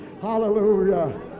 Hallelujah